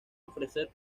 ofrecer